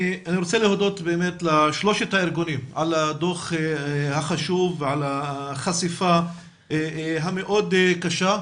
אני רוצה להודות לשלושת הארגונים על הדוח החשוב ועל החשיפה המאוד קשה,